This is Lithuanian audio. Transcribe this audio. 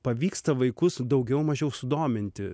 pavyksta vaikus daugiau mažiau sudominti